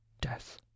death